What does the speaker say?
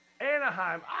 Anaheim